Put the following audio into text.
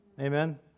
Amen